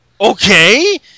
okay